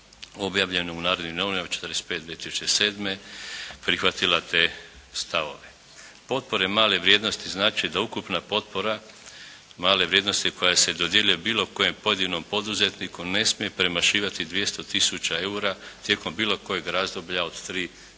objavljenom u Narodnim novinama 45/2007. prihvatila te stavove. Potpore male vrijednosti znači da ukupna potpora male vrijednosti koja se dodjeljuje bilo kojem pojedinom poduzetniku ne smije premašivati 200 tisuća EUR-a tijekom bilo kojeg razdoblja od 3